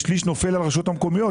כששליש נופל על הרשויות המקומיות.